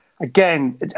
Again